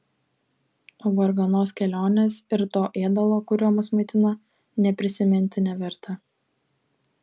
o varganos kelionės ir to ėdalo kuriuo mus maitino nė prisiminti neverta